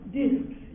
discs